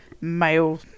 male